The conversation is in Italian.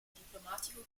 diplomatico